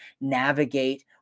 navigate